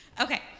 Okay